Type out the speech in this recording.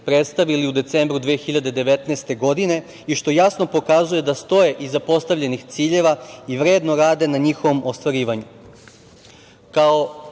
predstavili u decembru 2019. godine i što jasno pokazuje da stoje iza postavljenih ciljeva i vredno rade na njihovom ostvarivanju. Kao